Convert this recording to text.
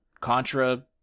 Contra